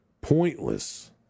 pointless